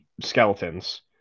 skeletons